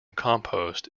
compost